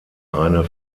eine